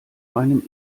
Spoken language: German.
meinem